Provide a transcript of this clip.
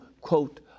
quote